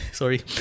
sorry